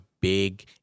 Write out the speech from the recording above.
big